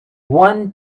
one